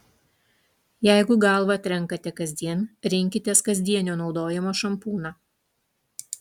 jeigu galvą trenkate kasdien rinkitės kasdienio naudojimo šampūną